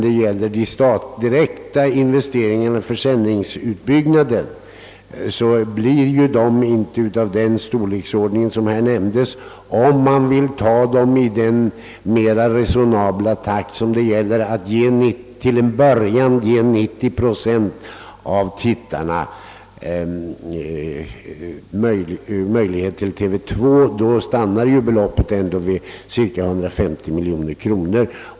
De direkta investeringarna för utbyggnad av sändarverksamheten blir inte heller av den storleksordning som här nämndes, om vi vill göra dem i den resonabla takt som föreslagits, nämligen att till en början ge 90 procent av TV tittarna möjligheter att se program 2. Då stannar beloppet vid cirka 150 miljoner kronor.